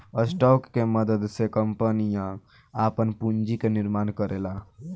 stock के मदद से कंपनियां आपन पूंजी के निर्माण करेला